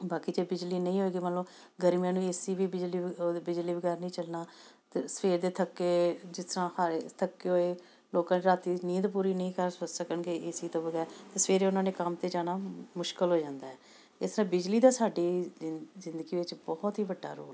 ਬਾਕੀ ਦੇ ਬਿਜਲੀ ਨਹੀਂ ਹੋਏਗੀ ਮੰਨ ਲਉ ਗਰਮੀਆਂ ਨੂੰ ਏਸੀ ਵੀ ਬਿਜਲੀ ਉਹਦੇ ਬਿਜਲੀ ਬਗੈਰ ਨਹੀਂ ਚੱਲਣਾ ਅਤੇ ਸਵੇਰ ਦੇ ਥੱਕੇ ਜਿਸ ਤਰ੍ਹਾਂ ਹਰ ਥੱਕੇ ਹੋਏ ਲੋਕਾਂ ਨੇ ਰਾਤੀ ਨੀਂਦ ਪੂਰੀ ਨਹੀਂ ਕਰ ਸ ਸਕਣਗੇ ਏਸੀ ਤੋਂ ਬਗੈਰ ਅਤੇ ਸਵੇਰੇ ਉਹਨਾਂ ਨੇ ਕੰਮ 'ਤੇ ਜਾਣਾ ਮੁਸ਼ਕਿਲ ਹੋ ਜਾਂਦਾ ਇਸ ਤਰ੍ਹਾਂ ਬਿਜਲੀ ਦਾ ਸਾਡੇ ਜ਼ਿੰਦ ਜਿੰਦਗੀ ਵਿੱਚ ਬਹੁਤ ਹੀ ਵੱਡਾ ਰੋਲ ਹੈ